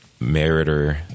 Meritor